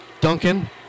Duncan